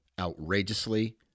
outrageously